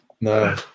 No